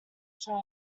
china